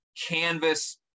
canvas